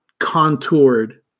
contoured